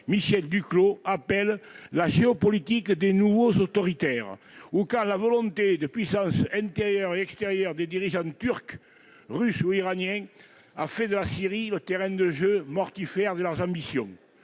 Michel Duclos, appelle « la géopolitique des nouveaux autoritaires ». Ou quand la volonté de puissance intérieure et extérieure des dirigeants turcs, russes ou iraniens a fait de la Syrie le terrain de jeu mortifère de leurs ambitions.